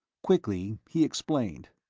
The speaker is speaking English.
quickly, he explained.